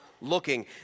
looking